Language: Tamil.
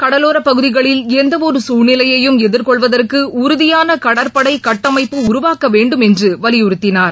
கடவோரபகுதிகளில் எந்தவொருசூழ்நிலையையும் எதிர்கொள்வதற்குஉறுதியானகடற்படைகட்டமைப்பு உருவாக்கவேண்டுமென்றுவலியுறுத்தினார்